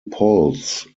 polls